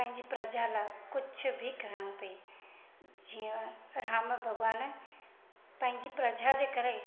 पंहिंजी प्रजा लाइ कुझु बि कया पई जीअं राम भॻवानु पंहिंजी प्रजा जे करे